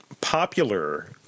popular